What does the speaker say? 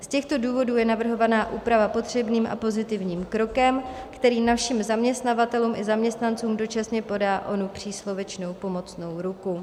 Z těchto důvodů je navrhovaná úprava potřebným a pozitivním krokem, který našim zaměstnavatelům i zaměstnancům dočasně podá onu příslovečnou pomocnou ruku.